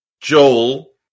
Joel